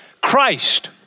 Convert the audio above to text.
Christ